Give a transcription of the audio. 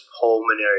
pulmonary